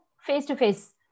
face-to-face